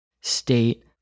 state